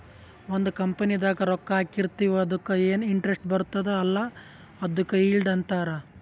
ಒಂದ್ ಕಂಪನಿದಾಗ್ ರೊಕ್ಕಾ ಹಾಕಿರ್ತಿವ್ ಅದುಕ್ಕ ಎನ್ ಇಂಟ್ರೆಸ್ಟ್ ಬರ್ತುದ್ ಅಲ್ಲಾ ಅದುಕ್ ಈಲ್ಡ್ ಅಂತಾರ್